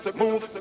move